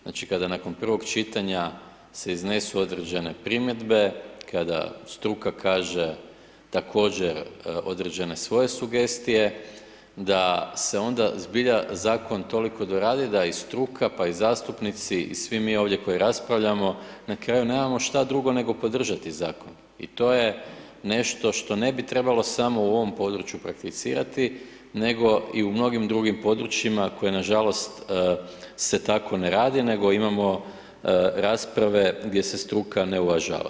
Znači kada nakon prvog čitanja, se iznesu određene primjedbe, kada struka kaže također određene svoje sugestije da se onda zbija zakon toliko doradi da i struka pa i zastupnici i svi mi ovdje koji raspravljamo, na kraju nemamo što drugo nego podržati zakon i to je nešto što ne bi trebalo samo u ovom području prakticirati nego i u mnogim drugim područjima kojima nažalost se tako ne radi nego imamo rasprave gdje se struka ne uvažava.